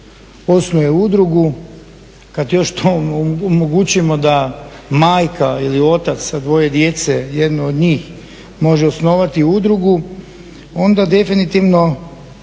osnuje udrugu, kad još to omogućimo da majka ili otac sa dvoje djece, jedno od njih može osnovati udrugu onda definitivno